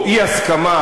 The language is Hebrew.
או אי-הסכמה,